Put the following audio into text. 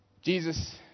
Jesus